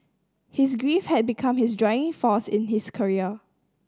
his grief had become his driving force in his career